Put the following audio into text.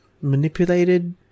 manipulated